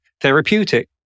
therapeutic